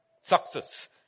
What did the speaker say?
success